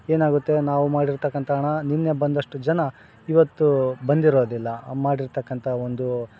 ಏನಾಗುತ್ತೆ ನಾವು ಮಾಡಿರ್ತಕ್ಕಂಥ ಹಣ ನಿನ್ನೆ ಬಂದಷ್ಟು ಜನ ಇವತ್ತು ಬಂದಿರೋದಿಲ್ಲ ಮಾಡಿರ್ತಕ್ಕಂಥ ಒಂದು